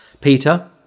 Peter